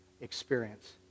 experience